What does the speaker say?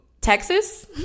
Texas